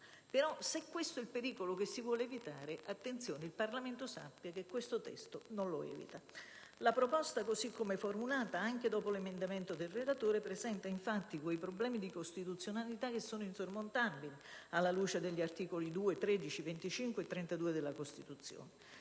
Se questo è il pericolo che si vuole evitare, il Parlamento sappia che questo testo non lo evita. La proposta, così come formulata, anche dopo l'emendamento del relatore, presenta infatti problemi di incostituzionalità insormontabili alla luce degli articoli 2, 13, 25 e 32 della Costituzione,